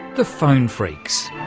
the phone phreaks.